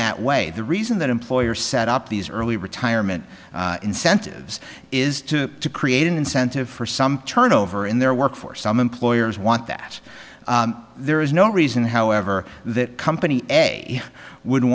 that way the reason that employers set up these early retirement incentives is to to create an incentive for some turnover in their workforce some employers want that there is no reason however that company a would